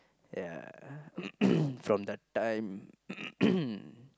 ya uh from the time